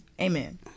Amen